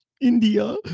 India